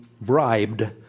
bribed